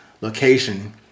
location